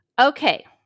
Okay